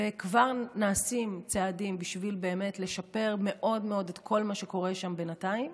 וכבר נעשים צעדים בשביל לשפר מאוד מאוד את כל מה שקורה שם בינתיים,